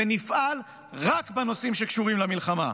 ונפעל רק בנושאים שקשורים למלחמה,